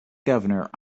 governor